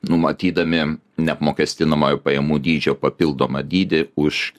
numatydami neapmokestinamojo pajamų dydžio papildomą dydį už